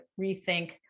rethink